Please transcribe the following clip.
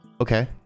Okay